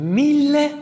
mille